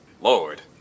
Lord